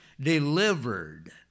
delivered